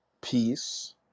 peace